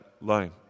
line